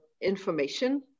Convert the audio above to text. information